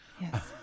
Yes